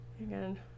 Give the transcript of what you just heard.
again